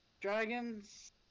Dragons